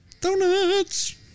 Donuts